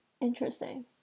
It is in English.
interesting